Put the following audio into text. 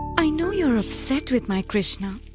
i know you are upset with my krishna.